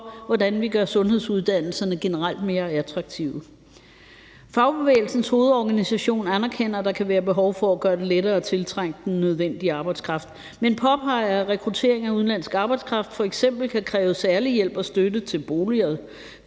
hvordan vi gør sundhedsuddannelserne generelt mere attraktive. Fagbevægelsens Hovedorganisation anerkender, at der kan være behov for at gøre det lettere at tiltrække den nødvendige arbejdskraft, men påpeger, at rekruttering af udenlandsk arbejdskraft f.eks. kan kræve særlig hjælp og støtte til bolig,